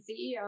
CEO